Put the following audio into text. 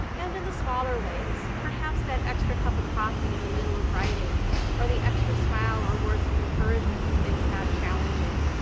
and in the smaller ways, perhaps that extra cup of coffee in the middle of writing or the extra smile or words of encouragement when things got challenging.